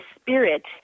spirit